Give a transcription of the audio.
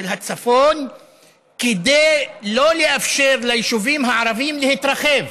הצפון כדי לא לאפשר ליישובים הערביים להתרחב.